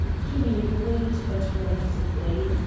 kinney agreed, but reluctantly.